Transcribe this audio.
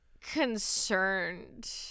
concerned